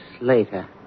later